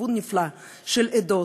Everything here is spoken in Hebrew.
גיוון נפלא של עדות,